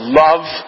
love